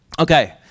Okay